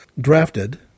drafted